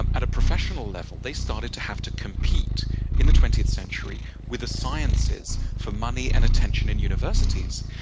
um at a professional level, they started to have to compete in the twentieth century with the ah sciences for money and attention in universities.